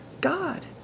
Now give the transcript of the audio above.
God